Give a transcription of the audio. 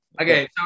Okay